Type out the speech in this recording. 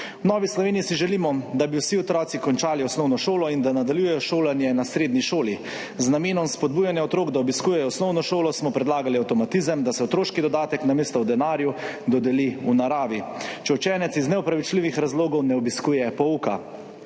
V Novi Sloveniji si želimo, da bi vsi otroci končali osnovno šolo in nadaljevali šolanje na srednji šoli. Z namenom spodbujanja otrok, da obiskujejo osnovno šolo, smo predlagali avtomatizem, da se otroški dodatek namesto v denarju dodeli v naravi, če učenec iz neopravičljivih razlogov ne obiskuje pouka.